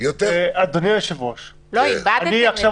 איבדתם את זה.